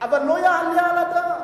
אבל לא יעלה על הדעת.